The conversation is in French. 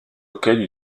auxquelles